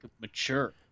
mature